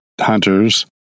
hunters